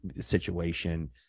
situation